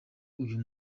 uyu